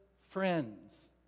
friends